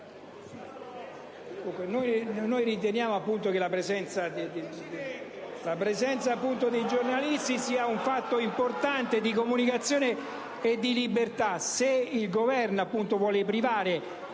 Noi riteniamo che la presenza dei giornalisti sia un fatto importante di comunicazione e di libertà.